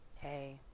hey